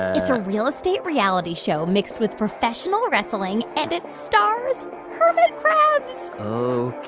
it's a real estate reality show mixed with professional wrestling, and it stars hermit crabs